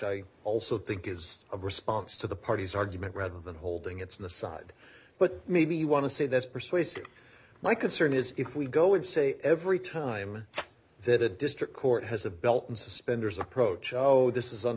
i also think is a response to the party's argument rather than holding it's an aside but maybe you want to say that's persuasive my concern is if we go and say every time that a district court has a belt and suspenders approach oh this is